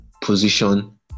position